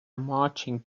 marching